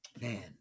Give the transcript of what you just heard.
Man